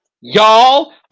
Y'all